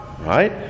Right